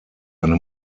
eine